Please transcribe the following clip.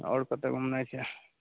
आओर कतऽ घुमनाइ छै